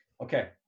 Okay